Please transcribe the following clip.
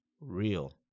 real